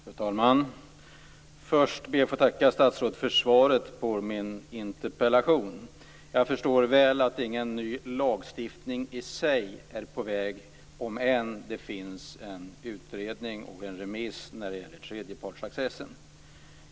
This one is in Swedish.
Fru talman! Först ber jag att få tacka statsrådet för svaret på min interpellation. Jag förstår att ingen ny lagstiftning i sig är på väg även om det finns en utredning och remiss när det gäller tredjepartsaccess.